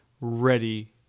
ready—